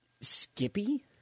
Skippy